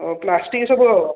ଓ plastic ସବୁ ହେବ